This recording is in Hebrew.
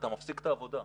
אתה מפסיק את העבודה.